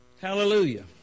Hallelujah